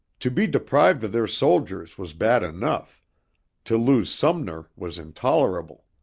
to be deprived of their soldiers was bad enough to lose sumner was intolerable.